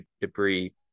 debris